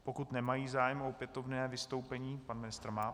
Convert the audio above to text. Pokud nemají zájem o opětovné vystoupení pan ministr má zájem.